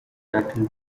title